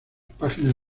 páginas